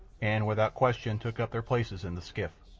and without question took up their places in the skiff.